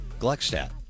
Gluckstadt